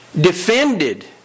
defended